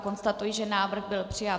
Konstatuji, že návrh byl přijat.